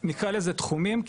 נקרא לזה תחומים,